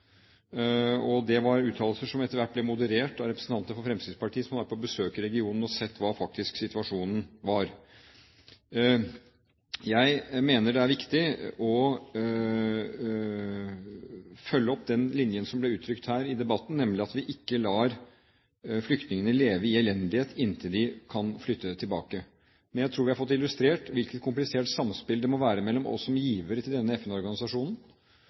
organisasjonen. Det var uttalelser som etter hvert ble moderert av representanter for Fremskrittspartiet som har vært på besøk i regionen og sett hvordan situasjonen er. Jeg mener det er viktig å følge opp den linjen som ble uttrykt her i debatten, nemlig at vi ikke lar flyktningene leve i elendighet inntil de kan flytte tilbake. Men jeg tror vi har fått illustrert hvilket komplisert samspill det må være mellom oss som givere til denne